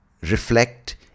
reflect